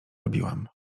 robiłam